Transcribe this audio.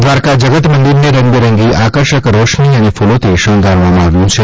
દ્વારકા જગત મંદિરને રંગબેરંગી આકર્ષક રોશની અને ફૂલોથી શણગાર્યું છે